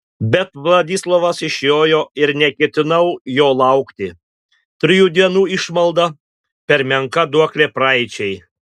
bet vladislovas išjojo ir neketinau jo laukti trijų dienų išmalda per menka duoklė praeičiai